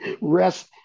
Rest